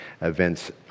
events